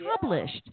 published